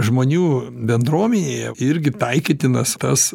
žmonių bendruomenėje irgi taikytinas tas